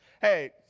hey